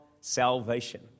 salvation